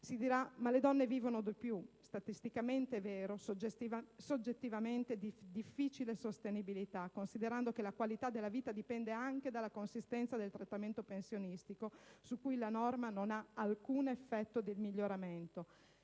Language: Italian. Si dirà: «Ma le donne vivono di più». Statisticamente vero, soggettivamente di difficile sostenibilità, considerando che la qualità della vita dipende anche dalla consistenza del trattamento pensionistico, su cui la norma non ha alcun effetto di miglioramento: